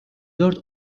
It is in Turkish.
dört